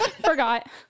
forgot